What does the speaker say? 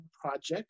project